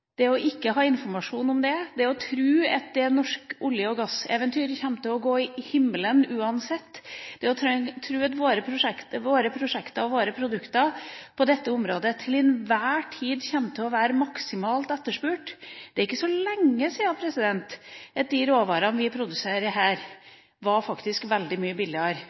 Det å ikke ha informasjon om dette, det å tro at det norske olje- og gasseventyret kommer til å gå til himmels uansett, det å tro at våre prosjekter og våre produkter på dette området til enhver tid kommer til å være maksimalt etterspurt – det er ikke så lenge siden de råvarene vi produserer her, faktisk var veldig mye billigere.